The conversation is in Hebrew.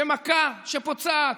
שמכה, שפוצעת,